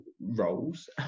roles